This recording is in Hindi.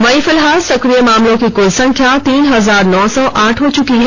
वहीं फिल्हाल सक्रिय मामलों की कुल संख्या तीन हजार नौ सौ आठ हो चुकी है